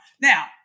Now